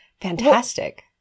fantastic